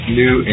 new